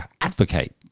advocate